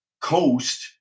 coast